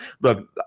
look